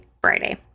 Friday